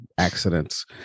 accidents